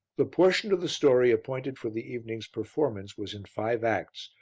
the portion of the story appointed for the evening's performance was in five acts,